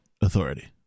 authority